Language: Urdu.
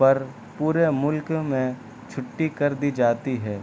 پر پورے ملک میں چھٹّی کر دی جاتی ہے